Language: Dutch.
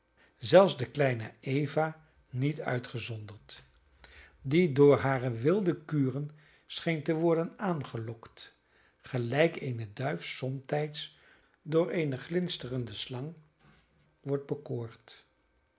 zelfs de kleine eva niet uitgezonderd die door hare wilde kuren scheen te worden aangelokt gelijk eene duif somtijds door eene glinsterende slang wordt bekoord